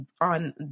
on